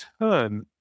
turn